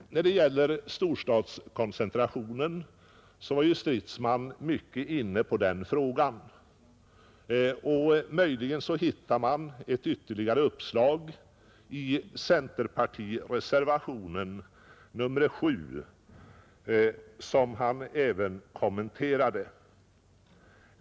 Vad storstadskoncentrationen beträffar var herr Stridsman inne på den frågan, och man kan möjligen hitta ett ytterligare uppslag där i centerpartireservationen 7, som herr Stridsman även kommenterade.